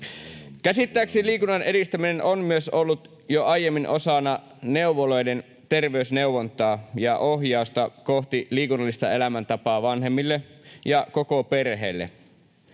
Käsittääkseni liikunnan edistäminen on myös ollut jo aiemmin osana neuvoloiden terveysneuvontaa ja ohjausta kohti liikunnallista elämäntapaa vanhemmille ja koko perheelle.